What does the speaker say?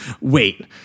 wait